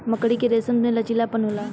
मकड़ी के रेसम में लचीलापन होला